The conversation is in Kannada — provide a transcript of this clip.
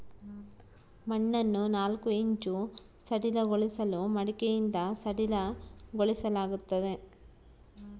ಮಣ್ಣನ್ನು ನಾಲ್ಕು ಇಂಚು ಸಡಿಲಗೊಳಿಸಲು ಮಡಿಕೆಯಿಂದ ಸಡಿಲಗೊಳಿಸಲಾಗ್ತದೆ